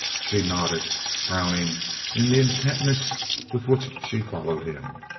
she nodded, frowning in the intentness with which she followed him.